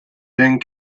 then